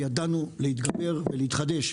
וידענו להתגבר ולהתחדש.